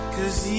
Cause